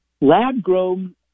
Lab-grown